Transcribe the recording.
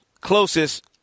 closest